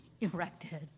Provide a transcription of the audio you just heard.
erected